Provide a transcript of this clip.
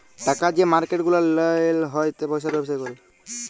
টাকার যে মার্কেট গুলা হ্যয় পয়সার ব্যবসা ক্যরে